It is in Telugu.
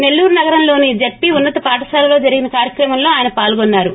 నెల్లూరు నగరంలోని జెడ్సీ ఉన్నత పాఠశాలలో జరిగిన కార్యక్రమంలో ఆయన పాల్చిన్నారు